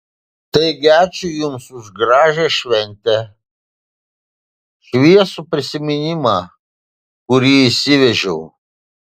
taigi ačiū jums už gražią šventę šviesų prisiminimą kurį išsivežiau